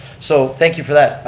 so thank you for that.